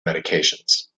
medications